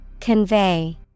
Convey